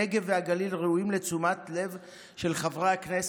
הנגב והגליל ראויים לתשומת לב של חברי הכנסת.